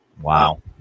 Wow